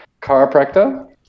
chiropractor